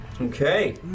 Okay